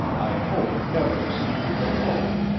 i hope never to see you alone.